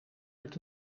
met